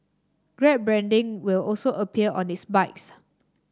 grab branding will also appear on its bikes